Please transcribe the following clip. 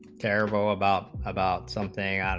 terrible about about something ah of